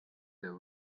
the